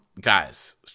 guys